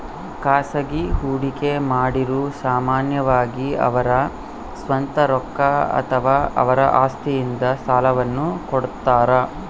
ಖಾಸಗಿ ಹೂಡಿಕೆಮಾಡಿರು ಸಾಮಾನ್ಯವಾಗಿ ಅವರ ಸ್ವಂತ ರೊಕ್ಕ ಅಥವಾ ಅವರ ಆಸ್ತಿಯಿಂದ ಸಾಲವನ್ನು ಕೊಡುತ್ತಾರ